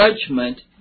judgment